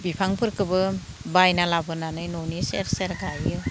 बिफांफोरखोबो बायना लाबोनानै न'नि सेर सेर गायो